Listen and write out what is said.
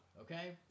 okay